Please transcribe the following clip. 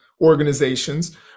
organizations